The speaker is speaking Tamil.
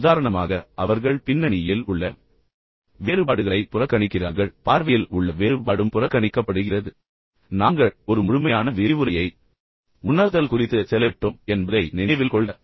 உதாரணமாக அவர்கள் பின்னணியில் உள்ள வேறுபாடுகளை புறக்கணிக்கிறார்கள் பார்வையில் உள்ள வேறுபாடும் புறக்கணிக்கப்படுகிறது நாங்கள் ஒரு முழுமையான விரிவுரையை உணர்தல் குறித்து செலவிட்டோம் என்பதை நினைவில் கொள்க